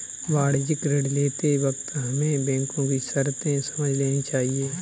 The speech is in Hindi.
वाणिज्यिक ऋण लेते वक्त हमें बैंको की शर्तें समझ लेनी चाहिए